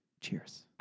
Cheers